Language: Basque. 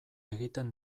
egiten